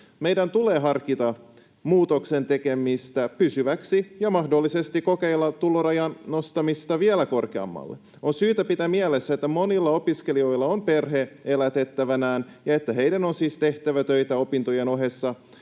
meidän tulee harkita muutoksen tekemistä pysyväksi ja mahdollisesti kokeilla tulorajan nostamista vielä korkeammalle. On syytä pitää mielessä, että monilla opiskelijoilla on perhe elätettävänään ja että heidän on siis tehtävä töitä opintojen ohessa